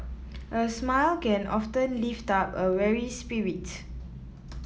a smile can often lift up a weary spirit